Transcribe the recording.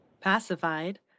Pacified